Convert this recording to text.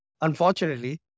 unfortunately